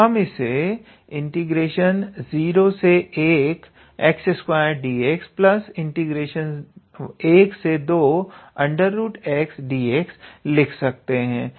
तो हम इसे 01x2dx 12xdx लिख सकते हैं